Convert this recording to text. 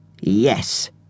Yes